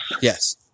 Yes